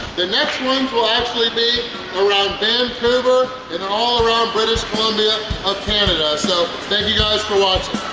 the next ones will actually be around vancouver and all around british columbia of canada. so, thank you guys for watching.